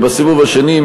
ובסיבוב השני,